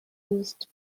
used